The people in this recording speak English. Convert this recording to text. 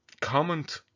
comment